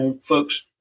folks